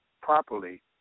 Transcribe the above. properly